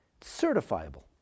certifiable